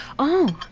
oh,